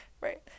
Right